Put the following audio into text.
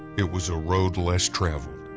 it was a road less traveled,